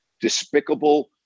despicable